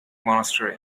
monastery